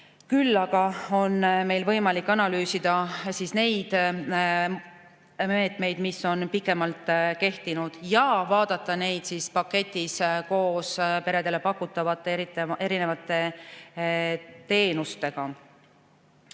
Küll aga on meil võimalik analüüsida neid meetmeid, mis on pikemalt kehtinud. Saame vaadata neid paketis koos peredele pakutavate teenustega.